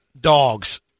dogs